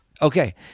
Okay